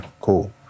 cool